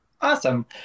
Awesome